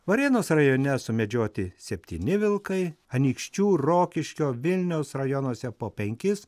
varėnos rajone sumedžioti septyni vilkai anykščių rokiškio vilniaus rajonuose po penkis